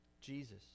Jesus